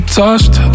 touched